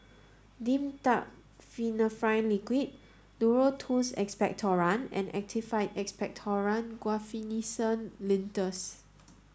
Dimetapp Phenylephrine Liquid Duro Tuss Expectorant and Actified Expectorant Guaiphenesin Linctus